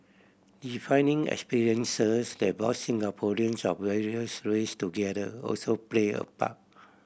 defining experiences that brought Singaporeans of various race together also play a part